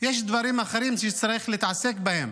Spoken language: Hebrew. יש דברים אחדים שצריך להתעסק בהם.